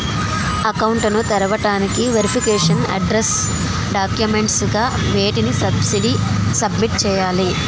Account ను తెరవటానికి verification address documents గా వేటిని సబ్మిట్ చేయాలి?